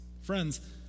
Friends